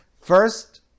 First